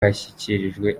bashyikirijwe